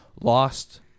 lost